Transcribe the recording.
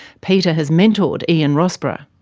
peter has mentored ian rossborough.